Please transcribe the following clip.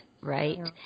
right